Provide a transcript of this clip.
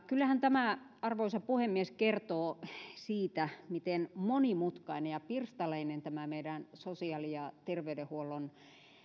kyllähän tämä arvoisa puhemies kertoo siitä miten monimutkainen ja pirstaleinen tämä meidän sosiaali ja terveydenhuollon